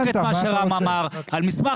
כתבנו בדיוק את מה שרם אמר על מסמך